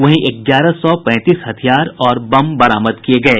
वहीं ग्यारह सौ पैंतीस हथियार और बम बरामद किये गये